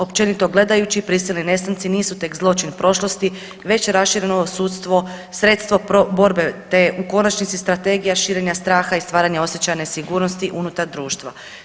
Općenito gledajući prisilni nestanci nisu tek zločin prošlosti već rašireno sredstvo borbe, te u konačnici Strategija širenja straha i stvaranja osjećaja nesigurnosti unutar društva.